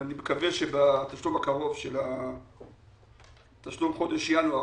אני מקווה שבחישוב הקרוב של תשלום חודש ינואר